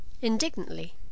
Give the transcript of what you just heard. indignantly